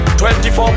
24